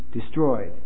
destroyed